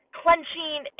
clenching